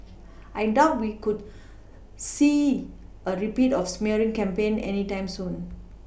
I doubt we could see a repeat of smearing campaign any time soon